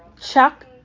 Chuck